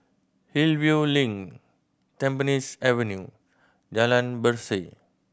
Hillview Link Tampines Avenue Jalan Berseh